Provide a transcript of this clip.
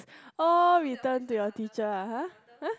all return to your teacher ah !huh! !huh!